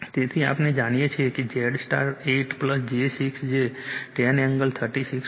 તેથી આપણે જાણીએ છીએ કે Z સ્ટાર 8 j 6 જે 10 એંગલ 36